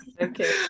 Okay